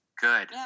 Good